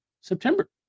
September